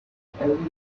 everyone